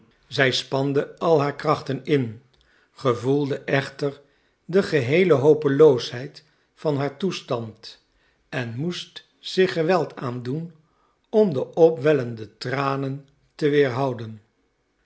zij spande al haar krachten in gevoelde echter de geheele hopeloosheid van haar toestand en moest zich geweld aandoen om de opwellende tranen te weerhouden